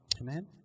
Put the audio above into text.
Amen